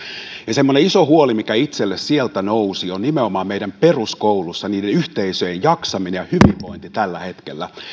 semmoinen iso huoli mikä itselle sieltä nousi on nimenomaan meidän peruskoulussa niiden yhteisöjen jaksaminen ja hyvinvointi tällä hetkellä